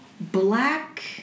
black